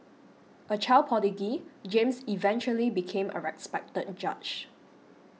a child prodigy James eventually became a respected judge